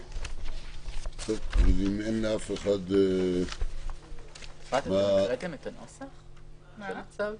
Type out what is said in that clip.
אם אין לאף אחד --- אפרת, קראתם את נוסח הצו?